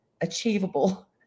achievable